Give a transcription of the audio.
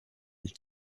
and